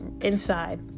inside